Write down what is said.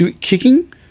kicking